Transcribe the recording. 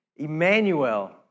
Emmanuel